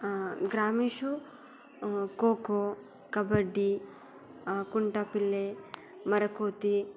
ग्रामेषु कोक्को कब्बडि कुण्टेबिल्ले मरकोति